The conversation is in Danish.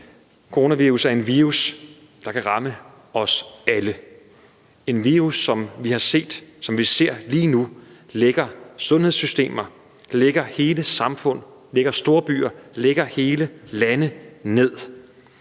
Coronavirus er en virus, der kan ramme os alle. Det er en virus, som vi har set og som vi lige nu ser lægger sundhedssystemer, lægger hele samfund, lægger storbyer og lægger hele lande ned.